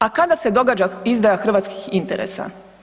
A kada se događa izdaja hrvatskih interesa?